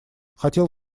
хотел